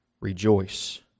rejoice